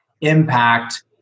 impact